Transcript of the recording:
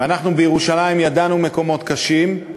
ואנחנו בירושלים ידענו מקומות קשים.